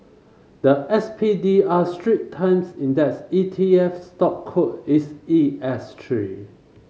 the S P D R Strait Times Index E T F stock code is E S three